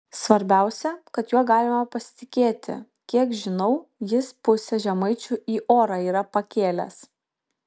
svarbiausia kad juo galima pasitikėti kiek žinau jis pusę žemaičių į orą yra pakėlęs